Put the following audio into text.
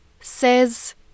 says